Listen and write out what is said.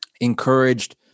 encouraged